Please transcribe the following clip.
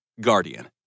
Guardian